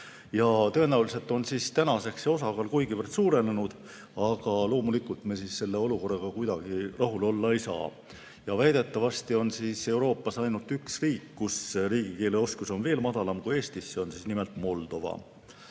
Tõenäoliselt on tänaseks see osakaal kuigivõrd suurenenud. Aga loomulikult me selle olukorraga kuidagi rahul olla ei saa. Väidetavasti on Euroopas ainult üks riik, kus riigikeeleoskus on veel madalam kui Eestis, see on nimelt Moldova.